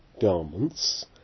garments